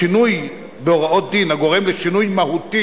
השינוי בהוראות דין הגורם לשינוי מהותי,